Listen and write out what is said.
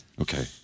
Okay